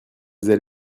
allez